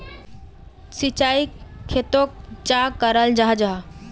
सिंचाई खेतोक चाँ कराल जाहा जाहा?